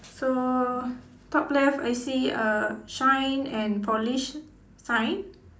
so top left I see a shine and polish sign